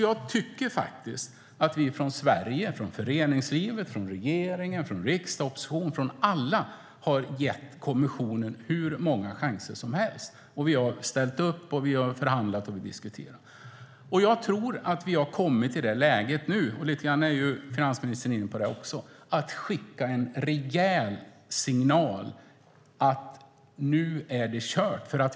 Jag tycker faktiskt att vi från Sverige - från föreningslivet, från regeringen, från riksdag och från opposition, ja från alla - har gett kommissionen hur många chanser som helst. Vi har ställt upp, förhandlat och diskuterat. Jag tror att vi nu har kommit i ett läge - finansministern är lite grann inne på det också - att vi kan skicka en rejäl signal om att det är kört.